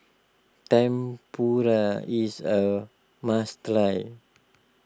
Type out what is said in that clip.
Tempura is a must try